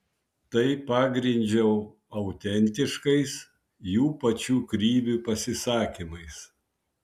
tai pagrindžiau autentiškais jų pačių krivių pasisakymais